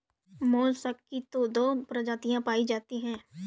mollusc की तो दो प्रजातियां पाई जाती है